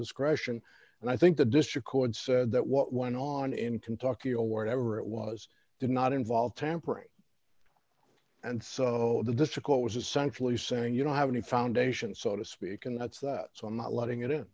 discretion and i think the district court said that what went on in kentucky or wherever it was did not involve tampering and so difficult was essentially saying you don't have any foundation so to speak and that's so i'm not letting it i